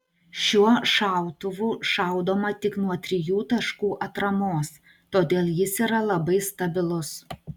šiuo šautuvu šaudoma tik nuo trijų taškų atramos todėl jis yra labai stabilus